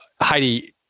Heidi